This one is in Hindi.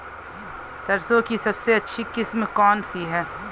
सरसों की सबसे अच्छी किस्म कौन सी है?